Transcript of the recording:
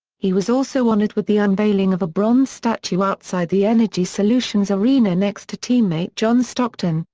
he was also honored with the unveiling of a bronze statue outside the energysolutions arena next to teammate john stockton,